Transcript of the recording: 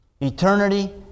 Eternity